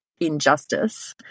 injustice